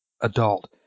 Adult